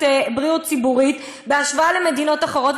בריאות ציבורית בהשוואה למדינות אחרות,